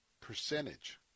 percentage